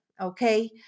okay